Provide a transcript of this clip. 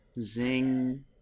Zing